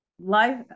life